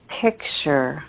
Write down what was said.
picture